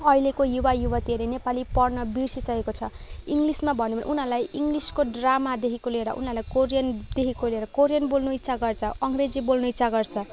अहिलेको युवा युवतीहरूले नेपाली पढ्न बिर्सिसकेको छ इङ्ग्लिसमा भन्यो भने उनीहरूलाई इङ्ग्लिसको ड्रामादेखिको लिएर उनीहरूलाई कोरियनदेखिको लिएर कोरियन बोल्नु इच्छा गर्छ अङ्ग्रेजी बोल्नु इच्छा गर्छ